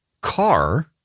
car